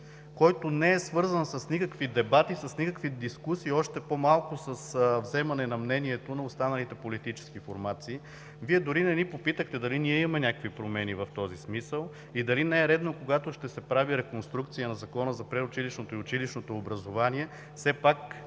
който не е свързан с никакви дебати, с никакви дискусии, още по-малко с вземане на мнението на останалите политически формации. Вие дори не ни попитахте дали имаме някакви промени в този смисъл и дали не е редно, когато ще се прави реконструкция на Закона за предучилищното и училищното образование, все пак